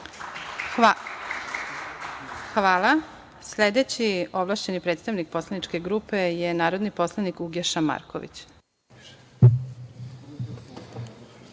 Hvala. Sledeći ovlašćeni predstavnik poslaničke grupe je narodni poslanik Uglješa Marković.